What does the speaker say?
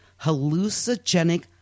hallucinogenic